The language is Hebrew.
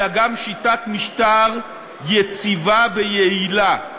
אלא גם שיטת משטר יציבה ויעילה.